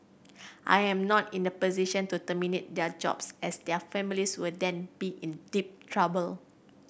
I am not in a position to terminate their jobs as their families will then be in deep trouble